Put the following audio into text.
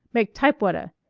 make typewutta.